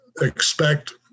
expect